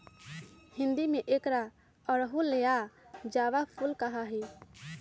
हिंदी में एकरा अड़हुल या जावा फुल कहा ही